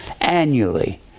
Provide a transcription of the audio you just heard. annually